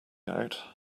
out